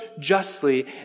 justly